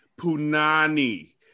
Punani